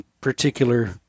particular